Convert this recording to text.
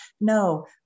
no